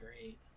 great